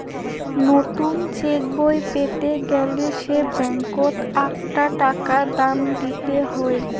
নতুন চেকবই পেতে গেলে সে ব্যাঙ্কত আকটা টাকা দাম দিত হই